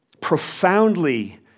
profoundly